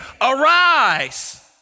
arise